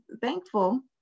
thankful